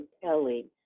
compelling